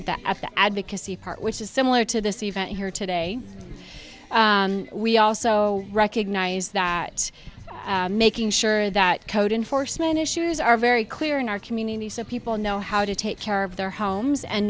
at that at the advocacy part which is similar to this event here today we also recognize that making sure that code enforcement issues are very clear in our community so people know how to take care of their homes and